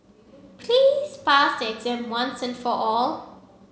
please pass the exam once and for all